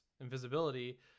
invisibility